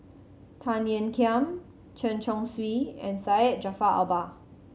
Tan Ean Kiam Chen Chong Swee and Syed Jaafar Albar